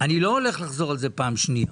אני לא הולך לחזור על זה פעם שנייה.